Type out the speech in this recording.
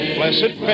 blessed